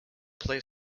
play